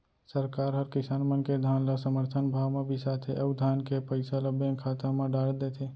सरकार हर किसान मन के धान ल समरथन भाव म बिसाथे अउ धान के पइसा ल बेंक खाता म डार देथे